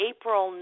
April